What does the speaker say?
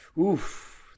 Oof